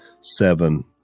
seven